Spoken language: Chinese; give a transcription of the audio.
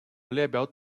列表